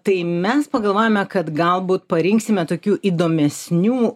tai mes pagalvojome kad galbūt parinksime tokių įdomesnių